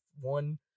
one